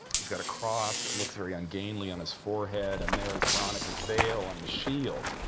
he's got a cross. it looks very ungainly on his forehead. and there is veronica's veil on the shield.